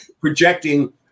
projecting